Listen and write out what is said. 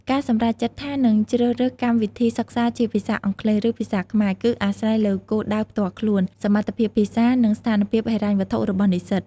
ការសម្រេចចិត្តថានឹងជ្រើសរើសកម្មវិធីសិក្សាជាភាសាអង់គ្លេស ឬភាសាខ្មែរ គឺអាស្រ័យលើគោលដៅផ្ទាល់ខ្លួន សមត្ថភាពភាសា និងស្ថានភាពហិរញ្ញវត្ថុរបស់និស្សិត។